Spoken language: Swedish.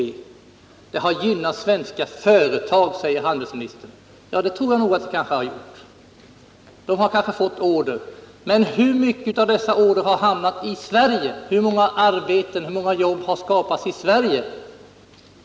Medlemskapet har gynnat svenska företag, säger handelsministern. Jag tror nog att det kan ha gjort det. Företagen har kanske fått order. Men hur mycket av dessa order har hamnat i Sverige? Hur många jobb har det skapats i Sverige?